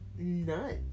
nuts